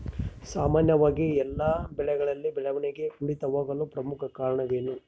ಸಾಮಾನ್ಯವಾಗಿ ಎಲ್ಲ ಬೆಳೆಗಳಲ್ಲಿ ಬೆಳವಣಿಗೆ ಕುಂಠಿತವಾಗಲು ಪ್ರಮುಖ ಕಾರಣವೇನು?